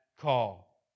call